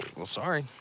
well sorry.